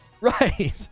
Right